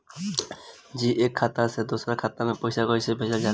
जी एक खाता से दूसर खाता में पैसा कइसे भेजल जाला?